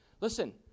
Listen